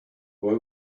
boy